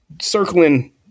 circling